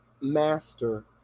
master